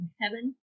heaven